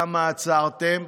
כמה עצרתם.